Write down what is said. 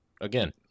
again